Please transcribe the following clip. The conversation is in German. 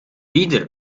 wieder